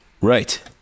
Right